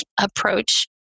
approach